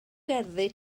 gerddi